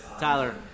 Tyler